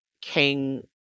King